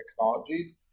technologies